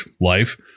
life